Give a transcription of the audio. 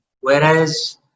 whereas